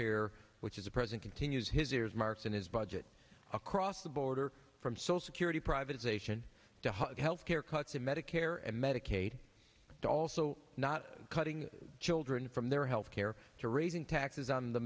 here which is a president continues his ears marks in his budget across the border from so security privatization to hug health care cuts to medicare and medicaid to also not cutting children from their health care to raising taxes on the